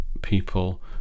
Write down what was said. people